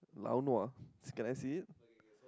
lau nua can I see it